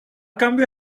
cambio